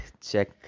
check